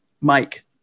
mike